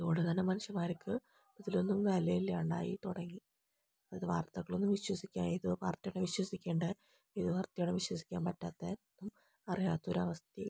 അതുകൊണ്ടുത്തന്നെ മനുഷ്യന്മാർക്ക് ഇതിലൊന്നും വിലയില്ലാണ്ടായിത്തുടങ്ങി അതായത് വാർത്തകൾ ഒന്നും വിശ്വസിക്കാതെ ഏതു വാർത്തയാണ് വിശ്വസിക്കേണ്ടേ ഏതു വാർത്തയാണ് വിശ്വസിക്കാൻ പറ്റാത്തത് അറിയാത്തൊരവസ്ഥയായി